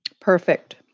Perfect